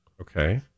Okay